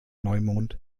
neumond